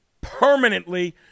permanently